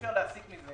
אי-אפשר להסיק מזה